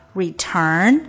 return